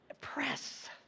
press